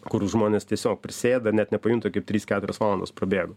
kur žmonės tiesiog prisėda net nepajunta kaip trys keturios valandos prabėgo